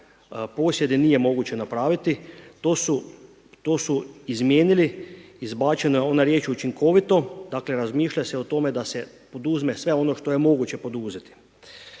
posjedi nije moguće napraviti. To su izmijenili, izbačena je ona riječ učinkovito, dakle razmišlja se o tome da se poduzme sve ono što je moguće poduzeti.